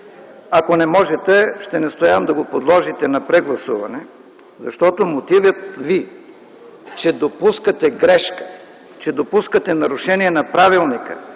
Ако не можете, ще настоявам да го подложите на прегласуване, защото мотивът Ви, че допускате грешка, че допускате нарушение на правилника